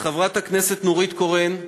לחברת הכנסת נורית קורן,